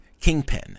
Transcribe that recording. Kingpin